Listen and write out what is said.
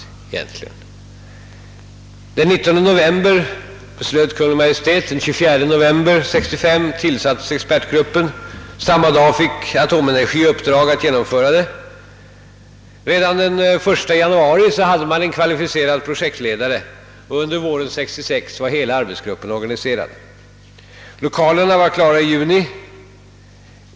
Den 19 november 1965 beslöt Kungl. Maj:t, den 24 november tillsattes expertgruppen, och samma dag fick AB Atomenergi i uppdrag att genomföra programmet. Redan den 1 januari 1966 hade man en kvalificerad projektledare, och under våren samma år var hela arbetsgruppen organiserad. Lokalerna var klara i juni.